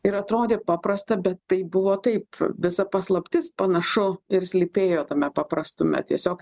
ir atrodė paprasta bet tai buvo taip visa paslaptis panašu ir slypėjo tame paprastume tiesiog